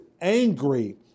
angry